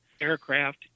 aircraft